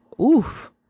oof